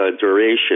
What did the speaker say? duration